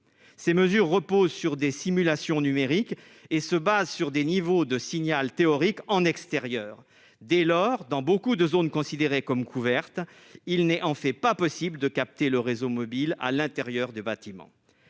ces mesures reposent sur des simulations numériques et se base sur des niveaux de signal théorique en extérieur, dès lors, dans beaucoup de zones considérées comme couverte, il n'est en fait pas possible de capter le réseau mobile à l'intérieur du bâtiment,